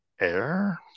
Air